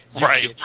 Right